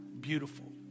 beautiful